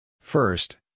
First